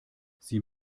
sie